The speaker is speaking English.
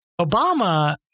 Obama